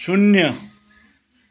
शून्य